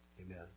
Amen